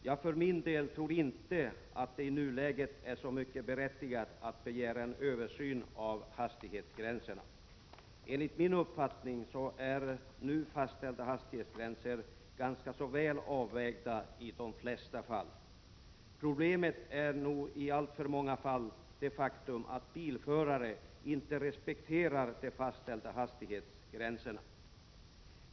Jag för min del tror inte att det i nuläget är särskilt berättigat att begära en översyn av hastighetsgränserna. Enligt min uppfattning är nu fastställda hastighetsgränser i de flesta fall ganska väl avvägda. Problemet är nog i alltför många fall det faktum att bilförare inte respekterar de fastställda hastighetsgränserna.